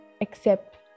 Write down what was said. accept